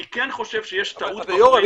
אני כן חושב שיש טעות --- של הדיון.